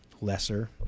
lesser